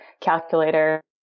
calculator